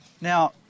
Now